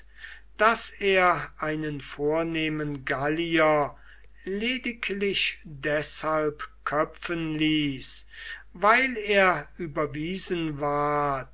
daß er einen vornehmen gallier lediglich deshalb köpfen ließ weil er überwiesen ward